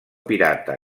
pirata